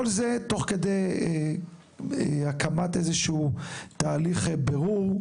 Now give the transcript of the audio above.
כל זה תוך כדי הקמת איזשהו תהליך בירור,